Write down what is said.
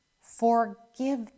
Forgive